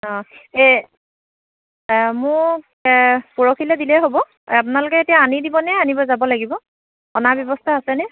অঁ মোক পৰখিলৈ দিলেই হ'ব আপোনালোকে এতিয়া আনি দিবনে আনিব যাব লাগিব অনাৰ ব্যৱস্থা আছেনে